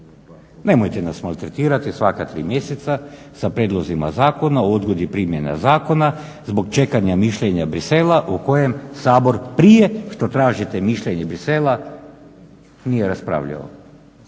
Nemojte nas maltretirati svaka tri mjeseca sa prijedlozima zakona o odgodi primjene zakona zbog čekanja mišljenja Bruxellesa o kojem Sabor prije što tražite mišljenje Bruxella nije raspravljao.